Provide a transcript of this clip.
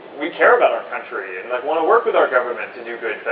we care about our country and but want to work with our government to do good